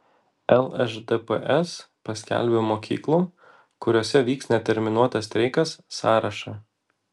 lšdps paskelbė mokyklų kuriose vyks neterminuotas streikas sąrašą